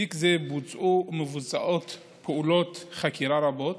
בתיק זה בוצעו ומבוצעות פעולות חקירה רבות.